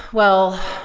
well,